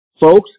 Folks